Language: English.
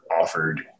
offered